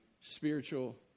spiritual